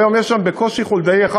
והיום יש שם בקושי חולדאי אחד,